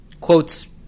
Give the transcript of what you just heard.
quotes